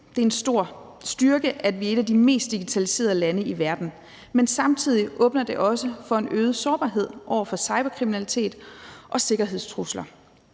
Det er en stor styrke, at vi er et af de mest digitaliserede lande i verden, men samtidig åbner det også for en øget sårbarhed over for cyberkriminalitet og sikkerhedstrusler.